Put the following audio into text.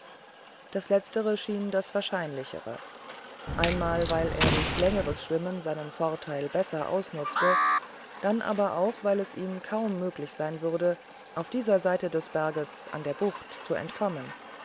das letztere schien das wahrscheinlichere einmal weil er durch längeres schwimmen seinen vorteil besser ausnutzte dann aber auch weil es ihm kaum möglich sein würde auf dieser seite des berges an der bucht zu entkommen